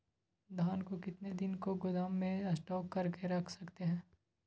धान को कितने दिन को गोदाम में स्टॉक करके रख सकते हैँ?